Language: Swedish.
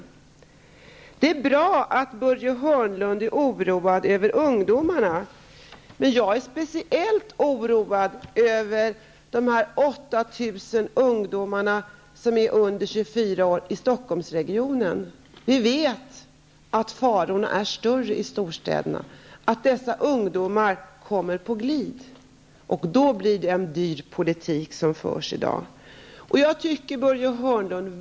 Det är bra att Börje Hörnlund är oroad över ungdomarna, men jag är speciellt oroad över de 8 000 ungdomar i Stockholmsregionen som är under 24 år. Vi vet att riskerna att dessa ungdomar kommer på glid är större i storstäderna. Då blir det en dyr politik som i dag förs.